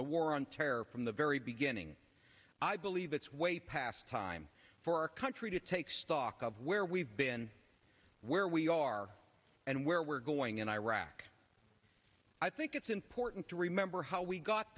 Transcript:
the war on terror from the very beginning i believe it's way past time for our country to take stock of where we've been where we are and where we're going in iraq i think it's important to remember how we got